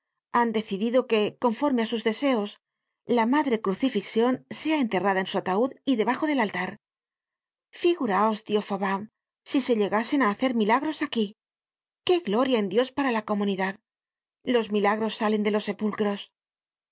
han decidido que conforme á sus deseos la madre crucifixion sea enterrada en su ataud y debajo del altar figuraos tio fauvent si se llegasen á hacer milagros aquí qué gloria en dios para la comunidad los milagros salen de los sepulcros